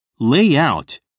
Layout